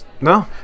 No